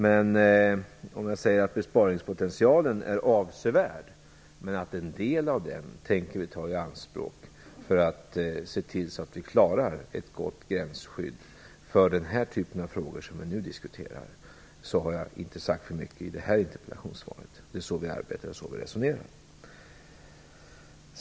Låt mig säga att besparingspotentialen är avsevärd, men en del av den tänker vi ta i anspråk för att se till att vi klarar ett gott gränsskydd för den typ av frågor som vi nu diskuterar. Då har jag inte sagt för mycket i det här interpellationssvaret. Det är så vi arbetar och så vi resonerar.